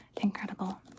incredible